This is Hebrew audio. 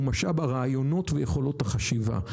הרעיונות ויכולות החשיבה.